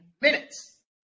minutes